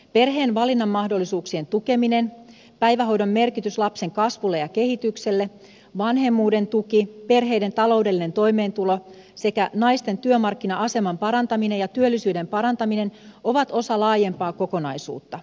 perheen valinnanmahdollisuuksien tukeminen päivähoidon merkitys lapsen kasvulle ja kehitykselle vanhemmuuden tuki perheiden taloudellinen toimeentulo sekä naisten työmarkkina aseman parantaminen ja työllisyyden parantaminen ovat osa laajempaa kokonaisuutta